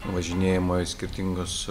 važinėjimo į skirtingus